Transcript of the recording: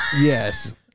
Yes